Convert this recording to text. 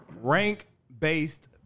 rank-based